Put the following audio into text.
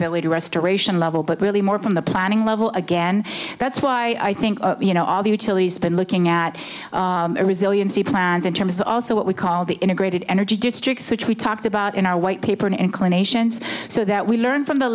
restoration level but really more from the planning level again that's why i think you know all the utilities been looking at resiliency plans in terms also what we call the integrated energy district which we talked about in our white paper in inclinations so that we learn from the